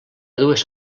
dues